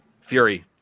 Fury